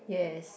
yes